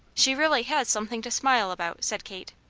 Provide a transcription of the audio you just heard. she really has something to smile about, said kate.